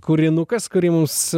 kūrinukas kurį mums